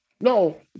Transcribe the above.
No